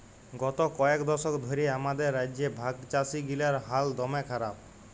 গত কয়েক দশক ধ্যরে আমাদের রাজ্যে ভাগচাষীগিলার হাল দম্যে খারাপ